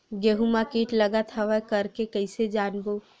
गेहूं म कीट लगत हवय करके कइसे जानबो?